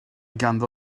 ganddo